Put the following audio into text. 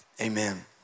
Amen